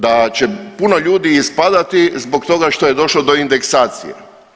Da će puno ljudi ispadati zbog toga što je došlo do indeksacije.